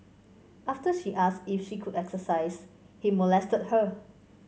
after she asked if she could exercise he molested her